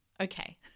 Okay